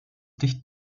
dicht